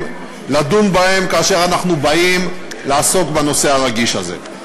לדון בהם כאשר אנחנו באים לעסוק בנושא הרגיש הזה.